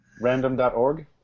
Random.org